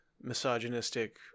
misogynistic